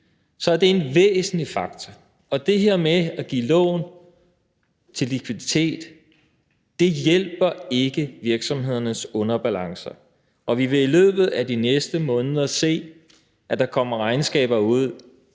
Det er en væsentlig faktor. Og det her med at give lån til likviditet hjælper ikke virksomhedernes underbalancer, og vi vil i løbet af de næste måneder se, at der kommer regnskaber ud